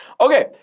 Okay